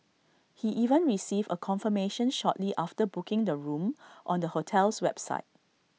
he even received A confirmation shortly after booking the room on the hotel's website